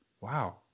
Wow